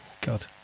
God